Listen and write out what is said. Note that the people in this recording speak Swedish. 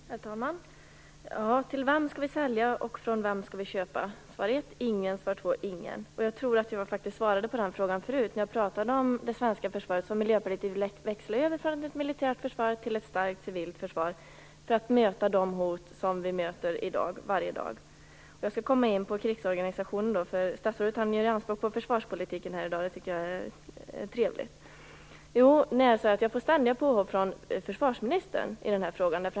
Herr talman! Till vem skall vi sälja och från vem skall vi köpa? Svar nr 1: ingen. Svar nr 2: ingen. Jag tror att jag svarade på den frågan tidigare när jag talade om det svenska försvaret. Vi i Miljöpartiet vill växla över från det militära försvaret till ett starkt civilt försvar för att möta de hot som vi möter varje dag. Jag skall nu gå över och tala om krigsorganisationen. Statsrådet gör ju anspråk på försvarspolitiken här i dag, vilket jag tycker är trevligt. Jag får ständiga påhopp från försvarsministern i den här frågan.